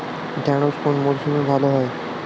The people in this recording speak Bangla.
ঢেঁড়শ কোন মরশুমে ভালো হয়?